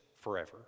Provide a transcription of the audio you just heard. forever